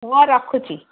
ମୁଁ ଆଁ ରଖୁଛି